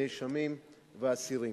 נאשמים ואסירים.